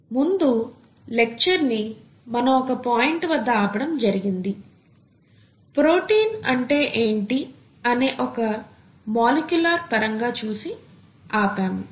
ముందు లెక్చర్ ని మనం ఒక పాయింట్ వద్ద ఆపటం జరిగింది ప్రోటీన్ అంటే ఏంటి అనే ఒక మాలిక్యూలార్ పరంగా చూసి ఆపాము